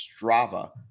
Strava